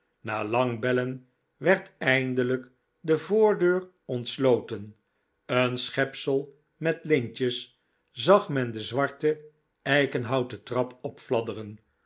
na lang bellen werd eindelijk de voordeur ontsloten een schepsel met lintjes zag men de zwarte eikenhouten trap